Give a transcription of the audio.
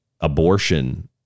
abortion